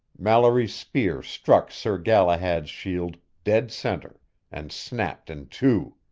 mallory's spear struck sir galahad's shield dead center and snapped in two.